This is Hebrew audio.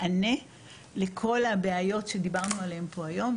מענה לכל הבעיות שדיברנו עליהן פה היום.